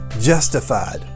justified